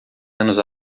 anos